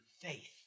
faith